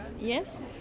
yes